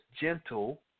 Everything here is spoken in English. gentle